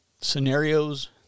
scenarios